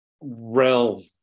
realm